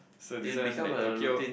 so this one like Tokyo